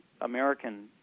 American